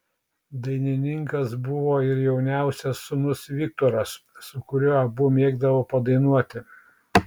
dainininkas buvo ir jauniausias sūnus viktoras su kuriuo abu mėgdavo padainuoti